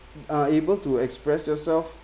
are able to express yourself